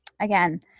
again